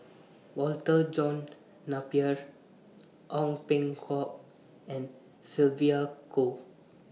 Walter John Napier Ong Peng Hock and Sylvia Kho